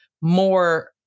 more